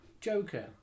Joker